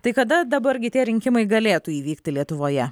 tai kada dabar gi tie rinkimai galėtų įvykti lietuvoje